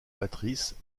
patrice